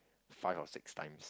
five or six times